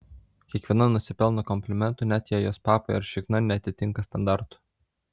kiekviena nusipelno komplimentų net jei jos papai ar šikna neatitinka standartų